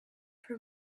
for